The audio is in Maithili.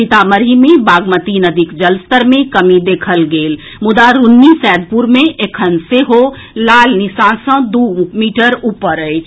सीतामढ़ी मे बागमती नदीक जलस्तर मे कमी देखल गेल मुदा रून्नी सैदपुर मे एखन सेहो लाल निशान सँ दू मीटर ऊपर अछि